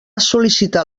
sol·licitar